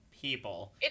people